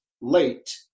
late